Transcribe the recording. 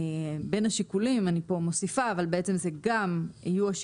בין השיקולים אני כאן מוסיפה - "יהיו השיקולים